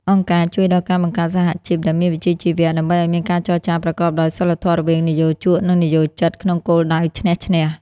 អង្គការជួយដល់ការបង្កើតសហជីពដែលមានវិជ្ជាជីវៈ ដើម្បីឱ្យមានការចរចាប្រកបដោយសីលធម៌រវាងនិយោជក និងនិយោជិត ក្នុងគោលដៅឈ្នះ-ឈ្នះ។